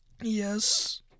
Yes